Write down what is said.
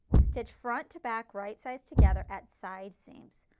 stitch front to back right sides together at side seams.